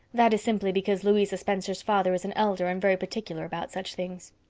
that is simply because louisa spencer's father is an elder and very particular about such things.